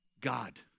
God